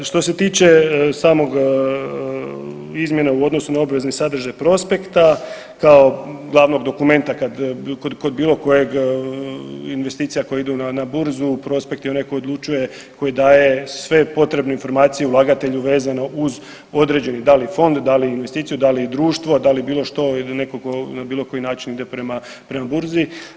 Što se tiče samog izmjena u odnosu na obvezi sadržaj prospekta kao glavnog dokumenta kod bilo kojeg investicija koje idu na burzu prospekt je onaj koji odlučuje koji daje sve potrebne informacije ulagatelju vezano uz određeni da li fond, da li investiciju, da li društvo, da li bilo što ili netko tko na bilo koji način ide prema burzi.